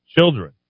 children